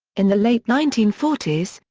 in the late nineteen forty s,